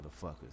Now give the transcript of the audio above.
motherfuckers